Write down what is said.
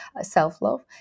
self-love